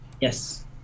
Yes